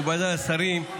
מכובדיי השרים,